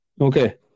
Okay